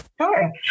Sure